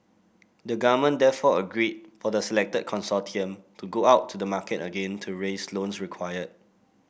the government therefore agreed for the selected consortium to go out to the market again to raise the loans required